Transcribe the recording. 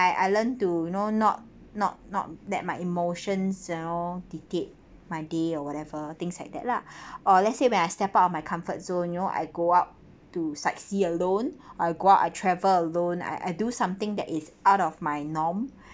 I I learned to you know not not not let my emotions you know dictate my day or whatever things like that lah or let's say when I step out of my comfort zone you know I go up to succeed alone I go out I travel alone I I do something that is out of my norm